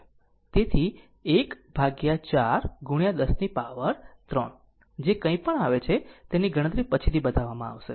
તેથી 1 ભાગ્યા 4 ગુણ્યા 10 ની પાવર 3 જે કંઇ પણ આવે છે તેની ગણતરી પછીથી બતાવવામાં આવશે